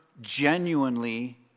genuinely